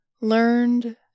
learned